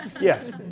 yes